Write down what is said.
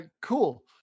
cool